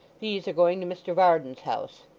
these are going to mr varden's house